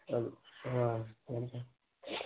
اب ہاں ٹھیک ہے